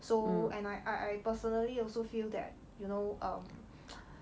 so and I I personally also feel that you know um